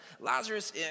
Lazarus